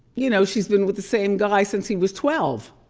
you know she's been with the same guy since he was twelve.